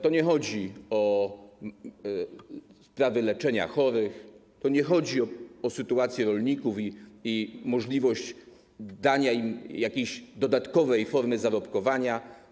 To nie chodzi o sprawy leczenia chorych, to nie chodzi o sytuację rolników i możliwość dania im jakiejś dodatkowej formy zarobkowania.